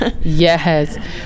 Yes